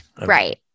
Right